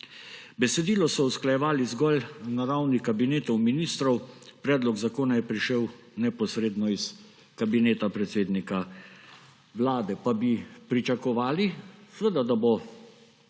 Besedilo so usklajevali zgolj na ravni kabinetov ministrov, predlog zakona je prišel neposredno iz Kabineta predsednika Vlade, pa bi pričakovali, seveda, da bo